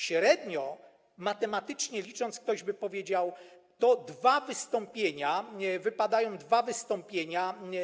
Średnio, matematycznie licząc, ktoś by powiedział, że na kontrolera wypadają dwa wystąpienia.